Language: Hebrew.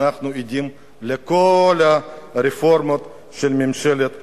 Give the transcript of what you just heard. ואנחנו עדים לכל הרפורמות של ממשלת נתניהו.